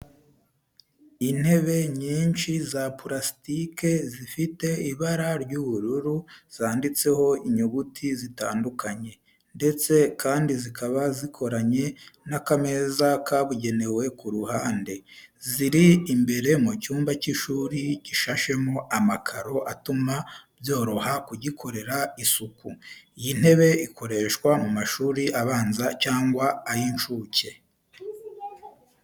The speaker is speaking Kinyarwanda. Intebe nyinshi za pulasitike zifite ibara ry'ubururu zanditseho inyuguti zitandukanye, ndetse kandi zikaba zikoranye n’akameza kabugenewe ku ruhande. Ziri imbere mu cyumba cy'ishuri gishashemo amakaro atuma byoroha kugikorera isuku. Iyi ntebe ikoreshwa mu mashuri abanza cyangwa ay'incuke.